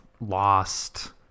Lost